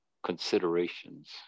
considerations